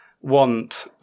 want